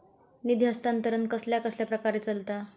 निधी हस्तांतरण कसल्या कसल्या प्रकारे चलता?